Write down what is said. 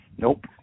Nope